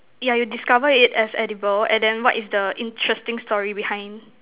yeah you discover it as edible and then what is the interesting story behind